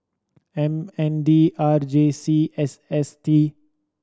M N D R J C S S T